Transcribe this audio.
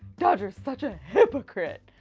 dodger's such a hypocrite!